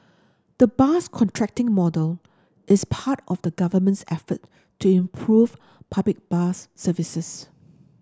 the bus contracting model is part of the Government's effort to improve public bus services